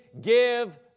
Give